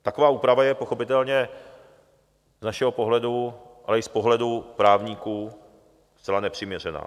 Taková úprava je pochopitelně z našeho pohledu, ale i z pohledu právníků, zcela nepřiměřená.